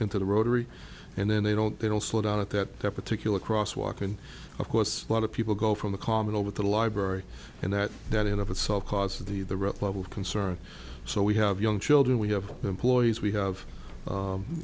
into the rotary and then they don't they don't slow down at that particular cross walk and of course a lot of people go from the common over to the library and that that in of itself causes the the red level concern so we have young children we have employees we have